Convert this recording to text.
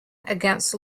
against